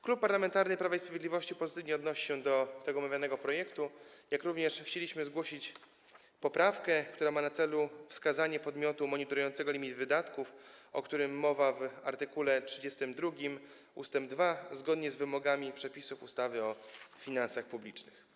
Klub Parlamentarny Prawo i Sprawiedliwość pozytywnie odnosi się do omawianego projektu, ale chcieliśmy zgłosić poprawkę, która ma na celu wskazanie podmiotu monitorującego wykorzystanie limitu wydatków, o którym mowa w art. 32 ust. 2, zgodnie z wymogami przepisów ustawy o finansach publicznych.